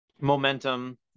momentum